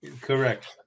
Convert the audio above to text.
correct